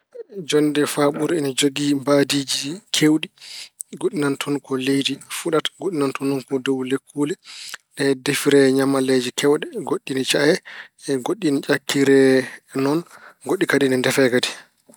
Jonnde faaɓuru ina jogii mbaydiiji keewɗi. Goɗɗi nana toon ko leydi fuɗata. Goɗɗi nana toon noon ko e dow lekkuule. Ina defire ñaamalleeje keewɗe. Goɗɗi ne caye, goɗɗi ne ƴakkire noon, goɗɗi kadi ine nde kadi.